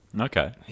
Okay